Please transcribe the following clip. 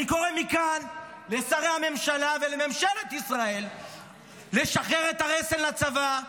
אני קורא מכאן לשרי הממשלה ולממשלת ישראל לשחרר את הרסן לצבא,